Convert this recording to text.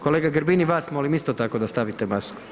Kolega Grbin, i vas molim isto tako da stavite masku.